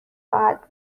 خواهد